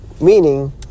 Meaning